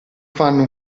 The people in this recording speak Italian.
fanno